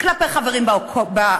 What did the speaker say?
כלפי חברים בקואליציה,